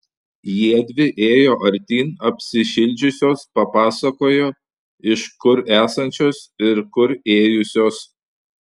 jiedvi ėjo artyn apsišildžiusios papasakojo iš kur esančios ir kur ėjusios